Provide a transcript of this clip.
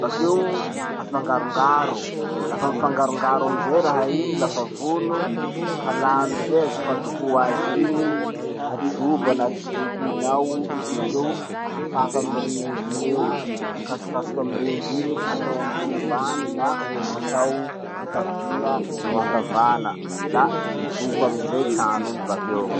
Bakeo afangarongaro. Lafa mifangarongaro amizay raha iny lafa vono, alà amizay azy fandokoa azy iny, ajobo anaty loko iny ao, bakeo afafa amy rindry iny eo. Akasokasoky amy rindry iny, atao ambony ambany na atao ankavia noho ankavana. La miloko amizay bakeo.